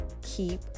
Keep